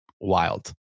wild